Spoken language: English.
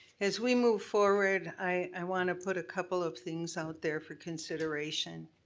as we move forward, i want to put a couple of things out there for consideration.